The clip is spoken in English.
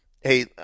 hey